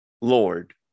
Lord